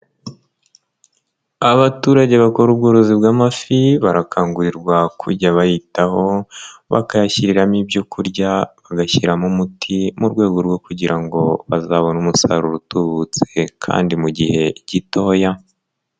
Abaturage bakora ubworozi bw'amafi barakangurirwa kujya bayitaho bakayashyiriramo ibyo kurya, bagashyiramo umuti mu rwego rwo kugira ngo bazabone umusaruro utubutse kandi mu gihe gitoya.